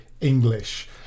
English